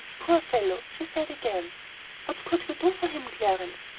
poor fellow! she said again what could you do for him, clarence?